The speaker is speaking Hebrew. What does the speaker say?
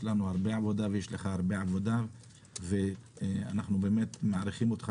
אנחנו מעריכים אותך,